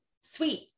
sweet